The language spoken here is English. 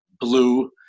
blue